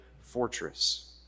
Fortress